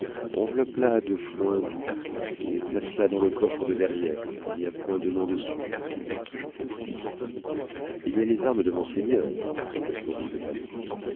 enveloppe la de foin doux et place la dans le coffre de derrière il n'y a point de nom dessus ajouta-t-il il y a les armes de monseigneur répondit le